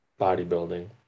bodybuilding